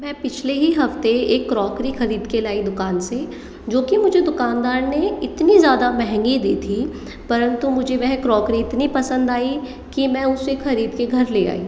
मैं पिछले ही हफ़्ते एक क्रॉकरी खरीद के लाई दुकान से जो की मुझे दुकानदार ने इतनी ज़्यादा महंगी दी थी परंतु मुझे वह क्रॉकरी इतनी पसंद आई कि मैं उसे खरीद के घर ले आई